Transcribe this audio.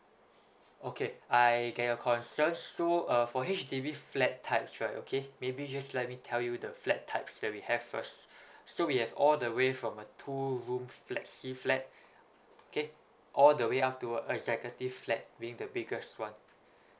okay I get your concern so uh for H_D_B flat types right okay maybe just let me tell you the flat types that we have first so we have all the way from a two room flexi flat okay all the way up to a executive flat being the biggest one